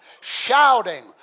shouting